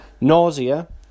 nausea